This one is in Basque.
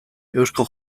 eusko